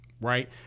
right